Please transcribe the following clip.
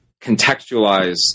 contextualize